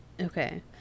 Okay